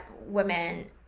women